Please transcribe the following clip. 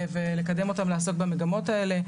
ולקדם אותם לעסוק במגמות האלה.